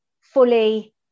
fully